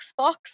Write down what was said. Xbox